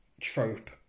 trope